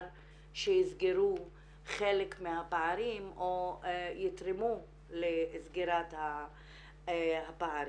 שיסגרו חלק מהפערים או יתרמו לסגירת הפערים.